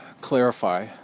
clarify